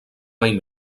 mai